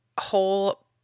whole